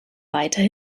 weiter